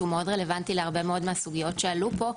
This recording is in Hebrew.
שהוא מאוד רלוונטי להרבה מאוד מהסוגיות שעלו פה,